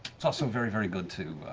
it's also very, very good to